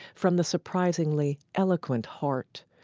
from the surprisingly eloquent heart,